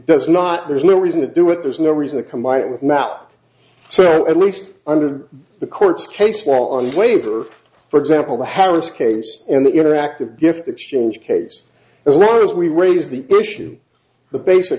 does not there's no reason to do it there's no reason to combine it with math so at least under the court's case law on flavor for example the harrah's case and the interactive gift exchange case as long as we raise the issue the basic